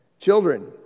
Children